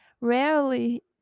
Rarely